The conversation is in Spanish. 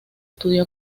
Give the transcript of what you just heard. estudió